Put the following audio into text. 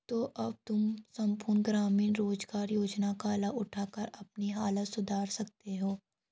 तो अब तुम सम्पूर्ण ग्रामीण रोज़गार योजना का लाभ उठाकर अपनी हालत सुधार सकते हो